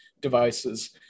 devices